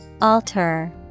Alter